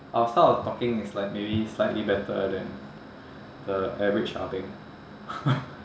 our style of talking is like maybe slightly better than the average ah beng